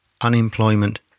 unemployment